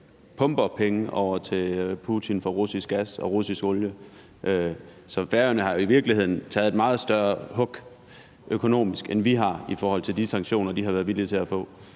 pumper penge over til Putin for russisk gas og russisk olie. Så Færøerne har jo i virkeligheden taget et meget større hug økonomisk, end vi har, i forhold til de sanktioner, de har været villige til at